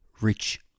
rich